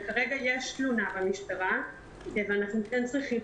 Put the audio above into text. כרגע יש תלונה במשטרה ואנחנו צריכים